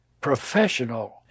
professional